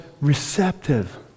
receptive